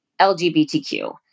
LGBTQ